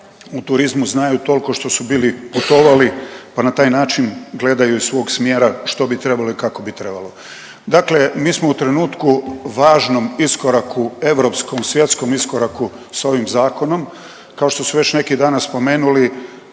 u turizmu znaju toliko što su bili putovali pa na taj način gledaju iz svog smjera što bi trebalo i kako bi trebalo. Dakle, mi smo u trenutku važnom iskoraku europskom, svjetskom iskoraku sa ovim zakonom. Kao što su već neki danas spomenuli